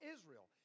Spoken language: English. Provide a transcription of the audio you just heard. Israel